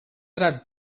redzu